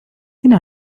إنها